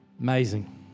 amazing